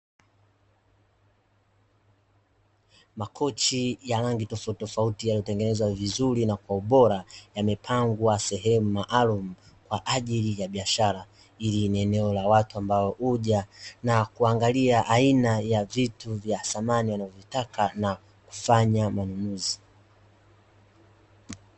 Makochi ya rangi tofautitofauti yaliyotengenezwa vizuri na kwa ubora, yamepangwa sehemu maalumu kwaajili ya biashara. Hili ni eneo la watu ambao huja na kuangalia aina ya vitu vya samani wanavyovitaka na kufanya manunuzi.